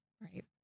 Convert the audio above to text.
Right